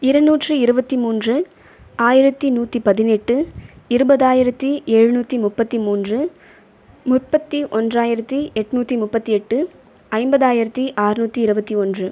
இரநூற்றி இருபத்தி மூன்று ஆயிரத்தி நூற்றி பதினெட்டு இருபதாயிரத்தி எழுநூற்றி முப்பத்தி மூன்று முற்பற்றி ஒன்றாயிரத்தி எட்நூற்றி முப்பத்தி எட்டு ஐம்பதாயிரத்தி ஆற்நூற்றி இருபத்தி ஒன்று